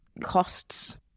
costs